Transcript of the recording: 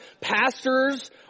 Pastors